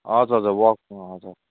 हजुर हजुर वाकमा हजुर